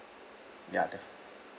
ya def~